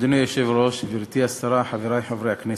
אדוני היושב-ראש, גברתי השרה, חברי חברי הכנסת,